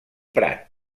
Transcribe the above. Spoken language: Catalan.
prat